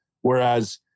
Whereas